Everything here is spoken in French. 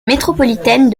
métropolitaine